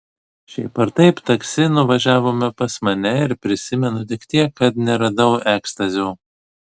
šiaip ar taip taksi nuvažiavome pas mane ir prisimenu tik tiek kad neradau ekstazio